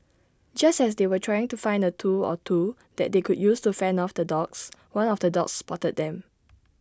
just as they were trying to find A tool or two that they could use to fend off the dogs one of the dogs spotted them